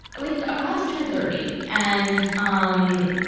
like about to turn thirty, and, um,